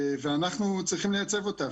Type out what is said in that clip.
ואנחנו צריכים לייצב אותה,